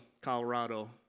Colorado